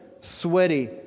sweaty